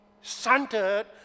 centered